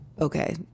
Okay